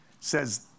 says